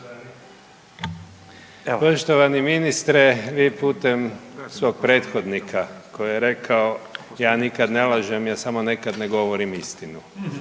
Poštovani ministre, vi putem svog prethodnika koji je rekao, ja nikad ne lažem, ja samo nekad ne govorim istinu.